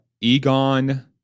Egon